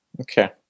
okay